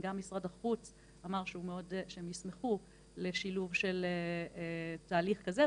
גם משרד החוץ אמר שהם ישמחו לשילוב של תהליך כזה,